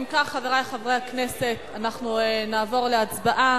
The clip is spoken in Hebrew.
אם כך, חברי חברי הכנסת, אנחנו נעבור להצבעה.